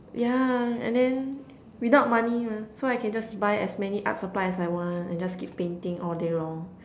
yeah and then without money mah so I can just buy as many art supplies as I want and just keep painting all day long